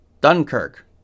Dunkirk